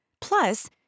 Plus